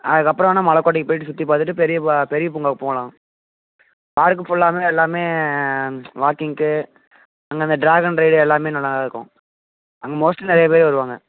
அதுக்கப்புறம் வேணால் மலைக்கோட்டைக்கு போய்விட்டு சுற்றி பார்த்துட்டு பெரிய பா பெரிய பூங்காவுக்கு போகலாம் பார்க்கு ஃபுல்லாமே எல்லாமே வாக்கிங்க்கு அங்கே அந்த ட்ராகன் ரைடு எல்லாமே நல்லாதான் இருக்கும் அங்கே மோஸ்ட்லி நிறையா பேர் வருவாங்க